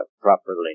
properly